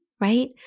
right